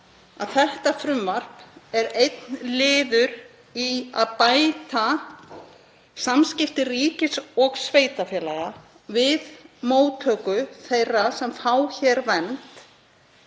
þetta frumvarp er einn liður í að bæta samskipti ríkis og sveitarfélaga við móttöku þeirra sem fá hér vernd